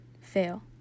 fail